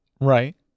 Right